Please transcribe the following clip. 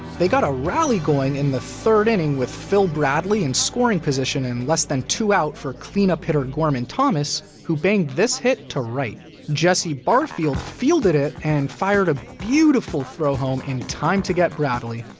they got a rally going in the third inning with phil bradley in scoring position and less than two out for cleanup hitter gorman thomas, who banged this hit to right. jesse barfield fielded it and fired a beautiful throw home in time to get bradley,